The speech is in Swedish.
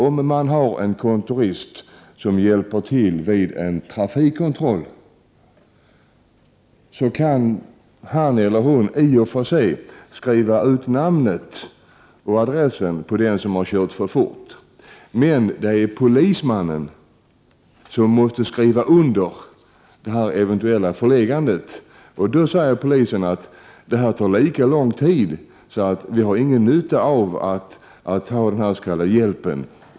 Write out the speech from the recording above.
Om en kontorist hjälper till vid en trafikkontroll, så kan han eller hon i och för sig skriva ut namn och adress på den som har kört för fort, men det är polismannen som måste skriva under det eventuella bötesföreläggandet. Detta tar, säger polisen, lika lång tid. Man har alltså ingen nytta av denna ”hjälp”.